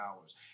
hours